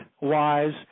wise